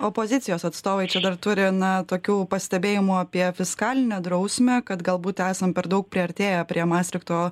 opozicijos atstovai čia dar turi na tokių pastebėjimų apie fiskalinę drausmę kad galbūt esam per daug priartėję prie mastrichto